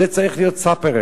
זה צריך להיות separate,